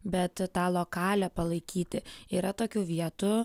bet tą lokalią palaikyti yra tokių vietų